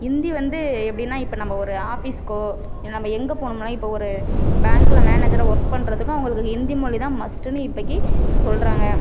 ஹிந்தி வந்து எப்படினா இப்போ நம்ம ஒரு ஆஃபிஸுக்கோ இல்லை நம்ம எங்கே போகணும்னா இப்போது ஒரு பேங்க்கில் மேனஜராக ஒர்க் பண்ணுறதுக்கும் அவங்களுக்கு ஹிந்தி மொழி தான் மஸ்ட்டுனு இப்போக்கி சொல்கிறாங்க